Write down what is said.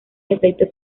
efectos